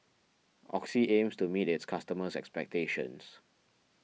Oxy aims to meet its customers' expectations